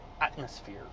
atmosphere